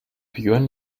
björn